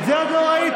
את זה עוד לא ראיתי.